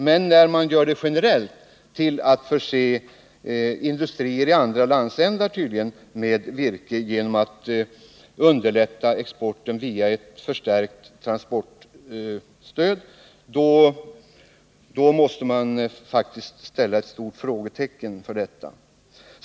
Men när stödet även skall gälla transporter till industrier i andra landsdelar, måste man sätta ett stort frågetecken för förslaget.